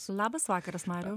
labas vakaras mariau